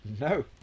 no